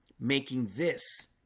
making this